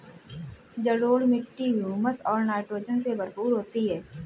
जलोढ़ मिट्टी हृयूमस और नाइट्रोजन से भरपूर होती है